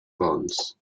bonds